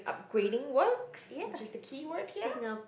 upgrading works which is the keyword here